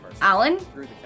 Alan